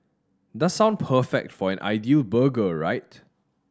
does sound perfect for an ideal burger right